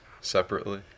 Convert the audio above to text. separately